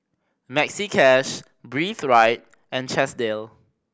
Maxi Cash Breathe Right and Chesdale